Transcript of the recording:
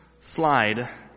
slide